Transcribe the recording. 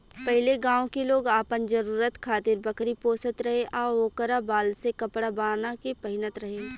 पहिले गांव के लोग आपन जरुरत खातिर बकरी पोसत रहे आ ओकरा बाल से कपड़ा बाना के पहिनत रहे